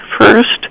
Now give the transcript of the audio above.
first